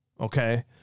Okay